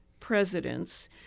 presidents